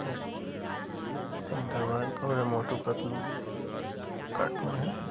एक एक धरवाहिक और है मोटू पतलू वह तो कार्टून है